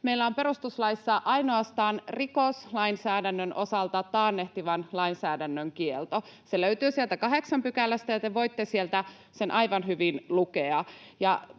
Meillä on perustuslaissa ainoastaan rikoslainsäädännön osalta taannehtivan lainsäädännön kielto. Se löytyy sieltä 8 §:stä, ja te voitte sieltä sen aivan hyvin lukea.